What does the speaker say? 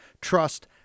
trust